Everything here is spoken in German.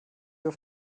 auf